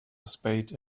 spade